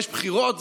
יש בחירות,